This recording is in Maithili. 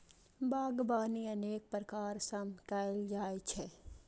बागवानी अनेक प्रकार सं कैल जाइ छै